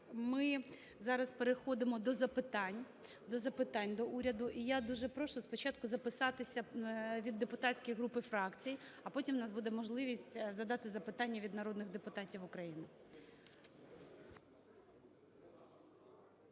ми зараз переходимо до запитань до уряду. І я дуже прошу спочатку записатися від депутатських груп і фракцій. А потім у нас буде можливість задати запитання від народних депутатів України.